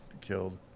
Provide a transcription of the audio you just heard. killed